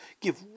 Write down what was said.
give